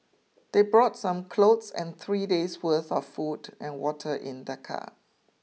they brought some clothes and three days' worth of food and water in their car